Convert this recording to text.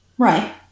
Right